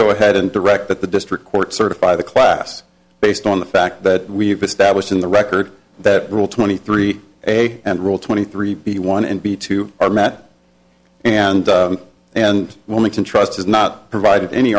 go ahead and direct that the district court certify the class based on the fact that we have established in the record that rule twenty three a and rule twenty three b one and b two are matt and and wilmington trust has not provided any